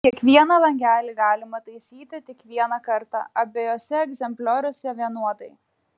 kiekvieną langelį galima taisyti tik vieną kartą abiejuose egzemplioriuose vienodai